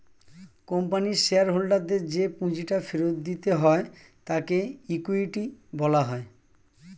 কোম্পানির শেয়ার হোল্ডারদের যে পুঁজিটা ফেরত দিতে হয় তাকে ইকুইটি বলা হয়